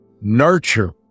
nurture